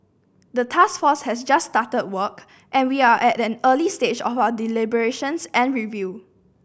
the task force has just started work and we are at an early stage of our deliberations and review